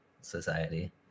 society